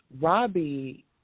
Robbie